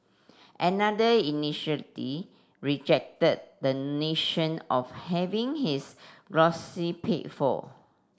another initially rejected the nation of having his paid for